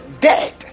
dead